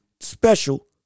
special